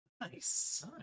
Nice